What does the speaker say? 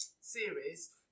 series